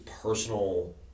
personal